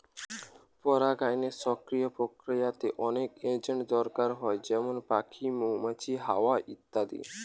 পরাগায়নের সক্রিয় প্রক্রিয়াতে অনেক এজেন্ট দরকার হয় যেমন পাখি, মৌমাছি, হাওয়া ইত্যাদি